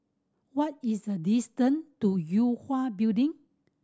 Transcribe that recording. what is the distant to Yue Hwa Building